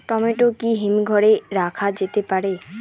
Tomato কি হিমঘর এ রাখা যেতে পারে?